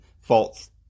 false